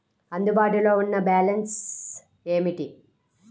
అందుబాటులో ఉన్న బ్యాలన్స్ ఏమిటీ?